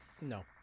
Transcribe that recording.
No